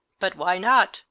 but why not?